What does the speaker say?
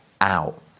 out